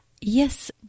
Yes